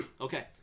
Okay